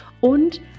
und